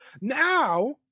Now